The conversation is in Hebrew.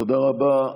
תודה רבה.